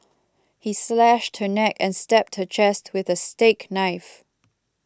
he slashed her neck and stabbed her chest with a steak knife